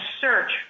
search